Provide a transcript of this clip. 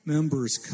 Members